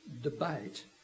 debate